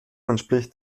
entspricht